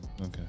Okay